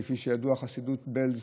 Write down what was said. כפי שידוע, חסידות בעלז